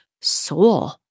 soul